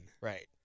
Right